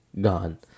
Gone